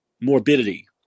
morbidity